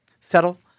settle